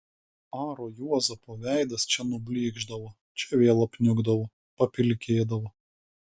aro juozapo veidas čia nublykšdavo čia vėl apniukdavo papilkėdavo